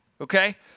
Okay